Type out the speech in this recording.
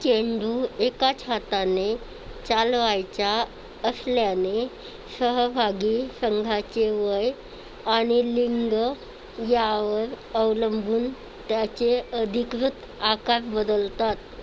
चेंडू एकाच हाताने चालवायचा असल्याने सहभागी संघाचे वय आणि लिंग यावर अवलंबून त्याचे अधिकृत आकार बदलतात